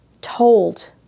told